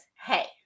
Hey